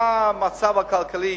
מה יהיה המצב הכלכלי.